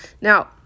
Now